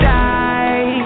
die